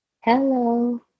Hello